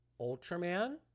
Ultraman